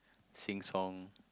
sing song